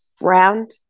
round